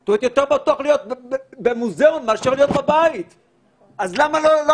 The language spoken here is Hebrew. על אחת כמה וכמה כשאנחנו מדינה שטופת שמש --- אבל מה עושים,